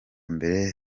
mbere